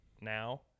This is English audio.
now